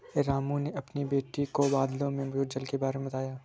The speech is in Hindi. रामू ने अपनी बेटी को बादलों में मौजूद जल के बारे में बताया